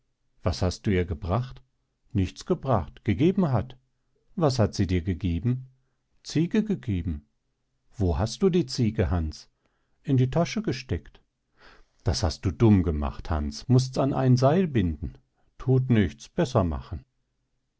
was hast du ihr gebracht nichts gebracht gegeben hat was hat sie dir gegeben ziege gegeben wo hast du die ziege hans in die tasche gesteckt das hast du dumm gemacht hans mußts an ein seil binden thut nichts besser machen